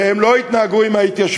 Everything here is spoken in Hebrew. שהם לא התנהגו עם ההתיישבות